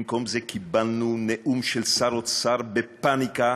במקום זה קיבלנו נאום של שר אוצר בפניקה,